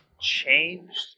changed